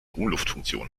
umluftfunktion